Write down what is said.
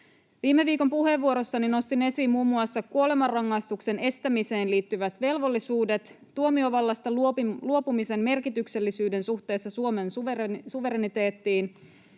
Viime viikon puheenvuorossani nostin esiin muun muassa kuolemanrangaistuksen estämiseen liittyvät velvollisuudet, tuomiovallasta luopumisen merkityksellisyyden suhteessa Suomen suvereniteettiin,